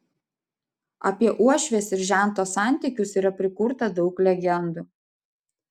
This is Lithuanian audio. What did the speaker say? apie uošvės ir žento santykius yra prikurta daug legendų